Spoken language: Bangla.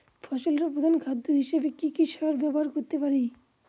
ফসলের প্রধান খাদ্য হিসেবে কি কি সার ব্যবহার করতে পারি?